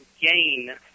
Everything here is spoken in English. gain